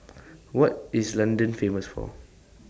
What IS London Famous For